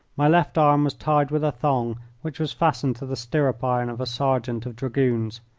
my left arm was tied with a thong which was fastened to the stirrup-iron of a sergeant of dragoons.